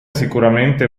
sicuramente